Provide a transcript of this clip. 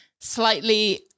slightly